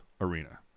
arena